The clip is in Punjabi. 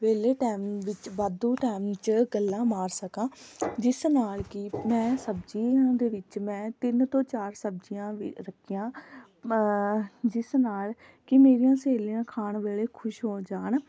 ਵਿਹਲੇ ਟਾਈਮ ਵਿੱਚ ਵਾਧੂ ਟਾਈਮ 'ਚ ਗੱਲਾਂ ਮਾਰ ਸਕਾਂ ਜਿਸ ਨਾਲ ਕਿ ਮੈਂ ਸਬਜ਼ੀਆਂ ਦੇ ਵਿੱਚ ਮੈਂ ਤਿੰਨ ਤੋਂ ਚਾਰ ਸਬਜ਼ੀਆਂ ਵੀ ਰੱਖੀਆਂ ਜਿਸ ਨਾਲ ਕਿ ਮੇਰੀਆਂ ਸਹੇਲੀਆਂ ਖਾਣ ਵੇਲੇ ਖੁਸ਼ ਹੋ ਜਾਣ